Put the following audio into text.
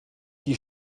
die